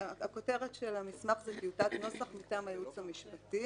הכותרת של המסמך היא "טיוטת נוסח מטעם הייעוץ המשפטי".